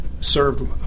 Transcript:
served